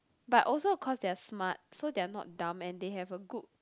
but also cause they're smart so they are not dumb and they have a good